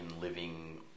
living